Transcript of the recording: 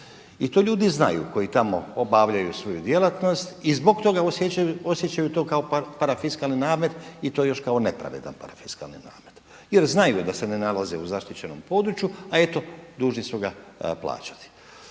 I to ljudi znaju koji tamo obavljaju svoju djelatnost i zbog toga osjećaju to kao parafiskalni namet i to još kao nepravedan parafiskalni namet. Jer znaju da se ne nalaze u zaštićenom području a eto dužni su ga plaćati.